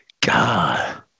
god